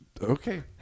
Okay